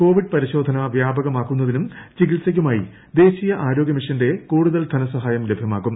Covid പരിശോധന വ്യാപകമാക്കുന്നതിനും ചികിത്സക്കുമായി ദേശീയ ആരോഗൃമിഷന്റെ കൂടുതൽ ധനസഹായം ലഭ്യമാക്കും